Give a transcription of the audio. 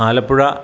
Alappuzha